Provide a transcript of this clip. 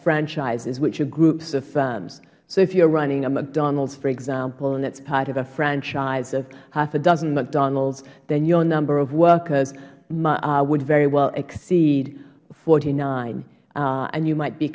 franchises which are groups of firms if you are running a mcdonald's for example and it is part of a franchise of half a dozen mcdonald's then your number of workers would very well exceed forty nine and you might be